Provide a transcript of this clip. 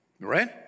Right